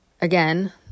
again